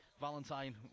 Valentine